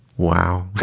wow